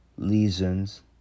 lesions